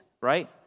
right